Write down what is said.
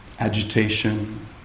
agitation